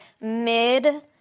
mid